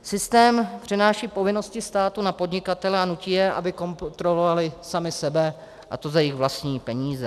Systém přenáší povinnosti státu na podnikatele a nutí je, aby kontrolovali sami sebe, a to za jejich vlastní peníze.